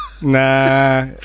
Nah